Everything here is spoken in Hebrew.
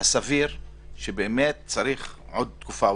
הסביר שבאמת צריך עוד תקופה.